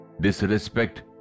disrespect